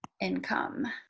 income